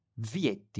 Vietti